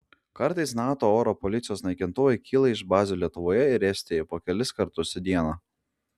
kartais nato oro policijos naikintuvai kyla iš bazių lietuvoje ir estijoje po kelis kartus į dieną